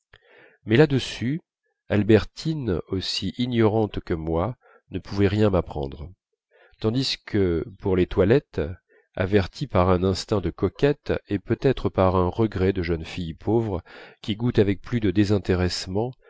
mais là-dessus albertine aussi ignorante que moi ne pouvait rien m'apprendre tandis que pour les toilettes avertie par un instinct de coquette et peut-être par un regret de jeune fille pauvre qui goûte avec plus de désintéressement